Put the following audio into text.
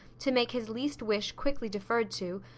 to make his least wish quickly deferred to,